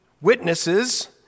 witnesses